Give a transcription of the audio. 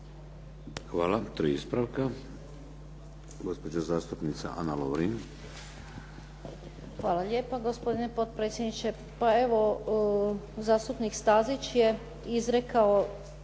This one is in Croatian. Hvala. Tri ispravka. Gospođa zastupnica Ana Lovrin. **Lovrin, Ana (HDZ)** Hvala lijepa gospodine potpredsjedniče. Pa evo, zastupnik Stazić je izrekao